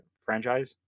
franchise